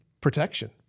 protection